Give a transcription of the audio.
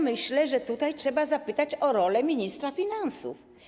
Myślę, że trzeba zapytać o rolę ministra finansów.